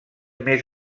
més